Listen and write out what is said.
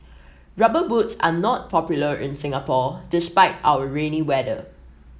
rubber boots are not popular in Singapore despite our rainy weather